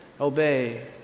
obey